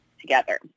together